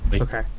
Okay